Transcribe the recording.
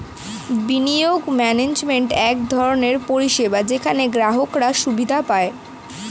বিনিয়োগ ম্যানেজমেন্ট এক ধরনের পরিষেবা যেখানে গ্রাহকরা সুবিধা পায়